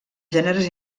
gèneres